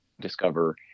discover